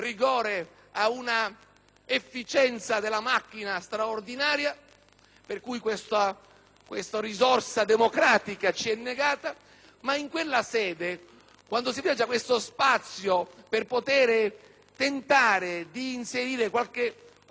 per cui questa risorsa democratica ci è negata.). In quella sede, quando si è aperto questo spazio per tentare di inserire qualche granellino di sabbia nell'ingranaggio perfetto che avete costruito,